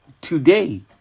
today